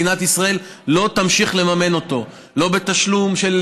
מדינת ישראל לא תמשיך לממן אותו בתשלום של